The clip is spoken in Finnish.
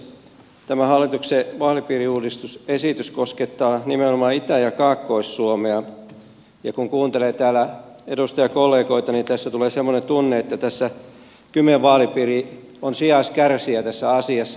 tämä hallituksen vaalipiiriuudistusesitys koskettaa nimenomaan itä ja kaakkois suomea ja kun kuuntelee täällä edustajakollegoita niin tässä tulee semmoinen tunne että kymen vaalipiiri on sijaiskärsijä tässä asiassa